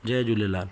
Jay Jhulelal